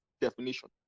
definition